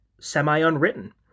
semi-unwritten